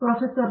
professor